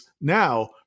now